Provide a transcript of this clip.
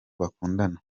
bakundana